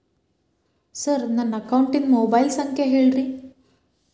sir ನನ್ನ ಅಕೌಂಟಿನ mobile ಸಂಖ್ಯೆ ಹೇಳಿರಿ